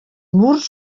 murs